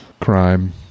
Crime